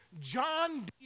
John